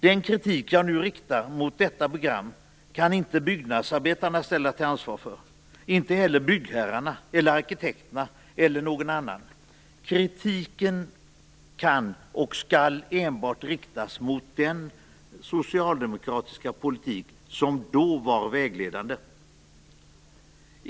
Den kritik jag riktar mot detta program kan inte byggnadsarbetarna ställas till ansvar för, och inte heller byggherrarna, arkitekterna eller någon annan inblandad i byggandet. Kritiken kan, och skall, enbart riktas mot den socialdemokratiska politik som då var vägledande.